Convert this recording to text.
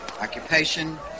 Occupation